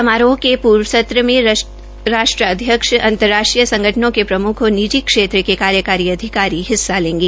समारोह के पूर्ण सत्र में राष्ट्राध्यक्ष अंतर्राष्ट्रीय संगठनों के प्रम्ख और निजी क्षेत्र के कार्यकारी अधिकारी भाग लेंगे